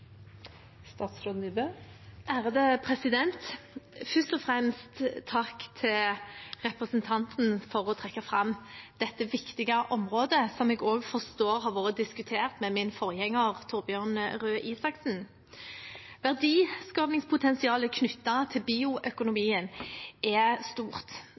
Først og fremst takk til representanten for at hun trekker fram dette viktige området, som jeg forstår også har vært diskutert med min forgjenger, Torbjørn Røe Isaksen. Verdiskapingspotensialet knyttet til bioøkonomien er stort.